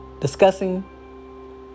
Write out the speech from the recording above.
discussing